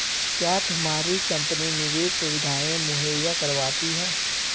क्या तुम्हारी कंपनी निवेश सुविधायें मुहैया करवाती है?